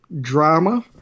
drama